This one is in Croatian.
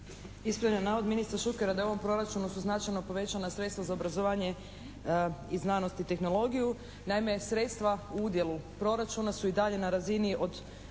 Ispravljam navod ministra Šukera da u ovom proračunu su značajno povećana sredstva za obrazovanje i znanost i tehnologiju. Naime, sredstva u udjelu proračuna su i dalje na razini od